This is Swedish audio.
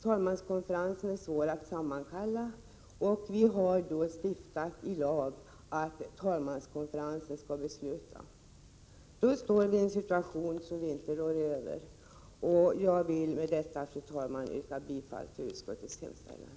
Talmanskonferensen är svår att sammankalla — och vi har fastställt i lag att talmanskonferensen skall besluta. Då står vi i en situation som vi inte råder över. Jag vill med detta, fru talman, yrka bifall till utskottets hemställan.